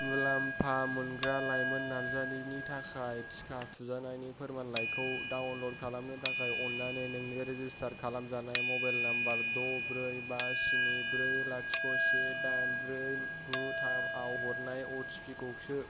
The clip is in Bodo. मुलाम्फा मोनग्रा लाइमोन नार्जारिनि थाखाय टिका थुजानायनि फोरमानलाइखौ डाउनल'ड खालामनो थाखाय अननानै नोंनि रेजिस्टार खालामजानाय मबाइल नम्बर द' ब्रै बा स्नि ब्रै लाथिख' से दाइन ब्रै गु थामआव हरनाय अटिपि खौ सो